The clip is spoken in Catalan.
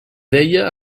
deia